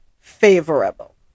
favorable